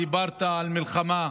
דיברת על מלחמה,